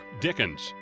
Dickens